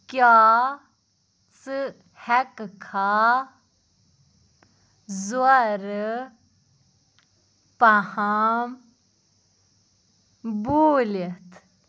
کیٛاہ ژٕ ہٮ۪کہٕ کھا زورٕ پَہم بولِتھ